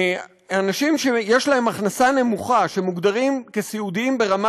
אנשים שיש להם הכנסה נמוכה ומוגדרים כסיעודיים ברמה